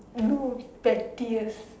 no pettiest